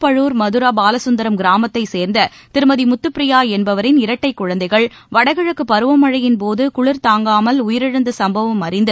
பழுர் மதுரா பாலசுந்தரம் கிராமத்தைச் சேர்ந்த திருமதி முத்துப்பிரியா என்பவரின் இரட்டைக் குழந்தைகள் வடகிழக்குப் பருவமழையின்போது குளிர் தாங்காமல் உயிரிழந்த சம்பவம் அறிந்து